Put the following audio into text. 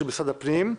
של משרד הפנים.